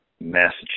Massachusetts